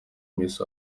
miss